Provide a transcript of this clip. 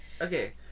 Okay